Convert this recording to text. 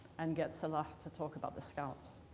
and get salah to talk about the scouts,